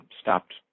stopped